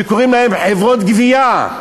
שקוראים להן "חברות גבייה",